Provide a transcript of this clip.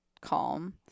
calm